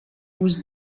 was